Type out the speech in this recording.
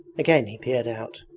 again he peered out.